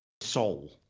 soul